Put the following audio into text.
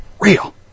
real